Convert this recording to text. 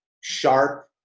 sharp